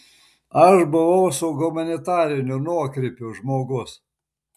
aš buvau su humanitariniu nuokrypiu žmogus